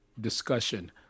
discussion